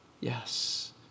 yes